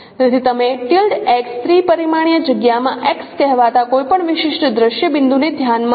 તેથી તમે ત્રિ પરિમાણીય જગ્યામાં X કહેવાતા કોઈપણ વિશિષ્ટ દ્રશ્ય બિંદુને ધ્યાનમાં લો